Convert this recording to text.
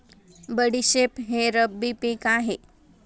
बडीशेप हे रब्बी पिक आहे